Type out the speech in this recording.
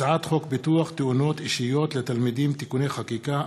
הצעת חוק ביטוח תאונות אישיות לתלמידים (תיקוני חקיקה),